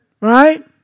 Right